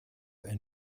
ein